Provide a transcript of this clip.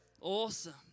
awesome